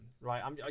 right